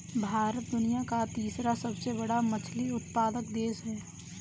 भारत दुनिया का तीसरा सबसे बड़ा मछली उत्पादक देश है